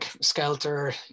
Skelter